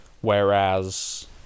Whereas